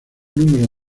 número